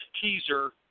teaser